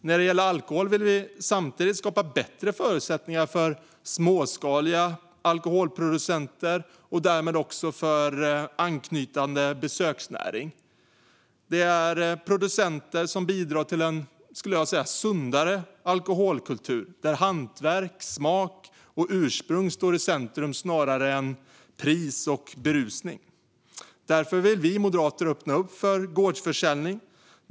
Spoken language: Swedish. När det gäller alkohol vill vi samtidigt skapa bättre förutsättningar för småskaliga alkoholproducenter och därmed också för anknytande besöksnäring. Det är producenter som bidrar till en sundare alkoholkultur där hantverk, smak och ursprung står i centrum snarare än pris och berusning. Därför vill vi moderater öppna för gårdsförsäljning.